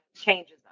changes